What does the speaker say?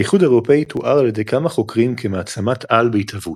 האיחוד האירופי תואר על ידי כמה חוקרים כמעצמת על בהתהוות.